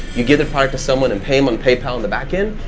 you give the product to someone and pay them on paypal on the back end.